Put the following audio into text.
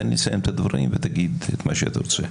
תן לי לסיים את הדברים ותגיד מה שאתה רוצה.